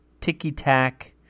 ticky-tack